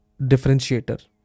differentiator